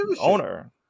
owner